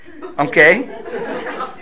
Okay